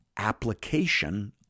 application